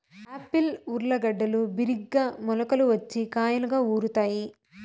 Apple ఊర్లగడ్డలు బిరిగ్గా మొలకలు వచ్చి కాయలుగా ఊరుతాయి